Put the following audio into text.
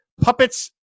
Puppets